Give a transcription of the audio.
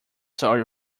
sorry